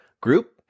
group